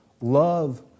Love